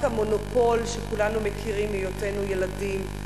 ה"מונופול" שכולנו מכירים מהיותנו ילדים.